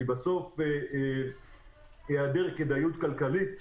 בסוף היעדר כדאיות כלכלית,